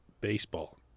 baseball